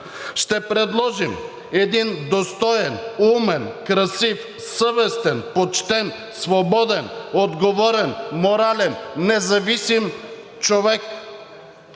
ще предложим един достоен, умен, красив, съвестен, почтен, свободен, отговорен, морален, независим човек,